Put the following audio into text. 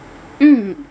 mm